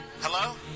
Hello